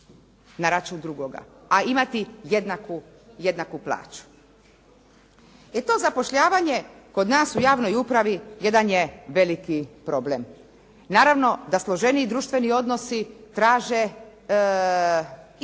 na račun drugoga, a imati jednaku plaću. E to zapošljavanje kod nas u javnoj upravi jedan je veliki problem. Naravno da složeniji društveni odnosi traže i